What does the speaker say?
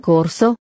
Corso